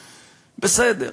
בסדר,